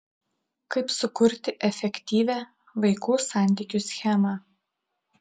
kaip sukurti efektyvią vaikų santykių schemą